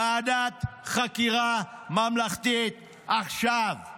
ועדת חקירה ממלכתית, עכשיו";